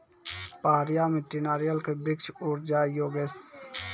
पहाड़िया मिट्टी नारियल के वृक्ष उड़ जाय योगेश?